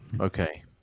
Okay